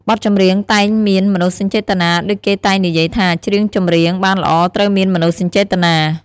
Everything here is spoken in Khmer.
បទចម្រៀងតែងមានមនោសញ្ចេតនា ដូចគេតែងនិយាយថាច្រៀងចម្រៀងបានល្អត្រូវមានមនោសញ្ចេតនា។